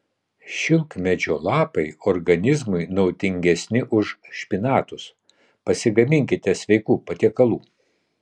šilkmedžio lapai organizmui naudingesni už špinatus pasigaminkite sveikų patiekalų